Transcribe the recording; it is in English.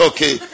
Okay